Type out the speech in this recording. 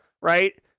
right